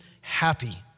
happy